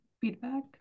feedback